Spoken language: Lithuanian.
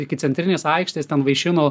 iki centrinės aikštės ten vaišino